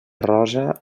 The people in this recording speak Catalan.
rossa